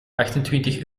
achtentwintig